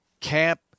camp